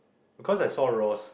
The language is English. cause I saw Ross